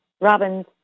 Robin's